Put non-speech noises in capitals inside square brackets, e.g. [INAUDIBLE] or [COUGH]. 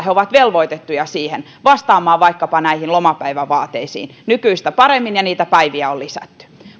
[UNINTELLIGIBLE] he ovat velvoitettuja siihen eli vastaamaan vaikkapa näihin lomapäivävaateisiin nykyistä paremmin ja niitä päiviä on lisätty